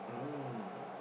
ah